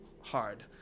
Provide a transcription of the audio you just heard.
hard